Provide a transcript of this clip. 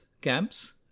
camps